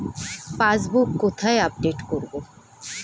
Passbook কোথায় update করব?